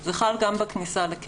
זאת המשמעות של הסעיפים הללו.